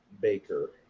baker